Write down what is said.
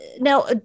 Now